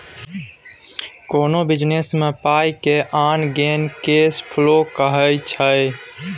कोनो बिजनेस मे पाइ के आन गेन केस फ्लो कहाइ छै